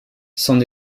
s’en